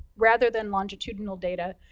rather than longitudinal data,